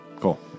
cool